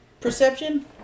Perception